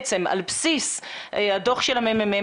על בסיס הדו"ח של הממ"מ,